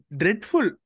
dreadful